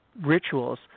rituals